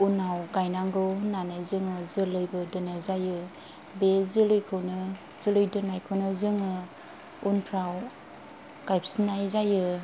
उनाव गायनांगौ होननानै जोङो जोलैबो दोननाय जायो बे जोलैखौनो जोलै दोननायखौनो जोङो उनफ्राव गायफिननाय जायो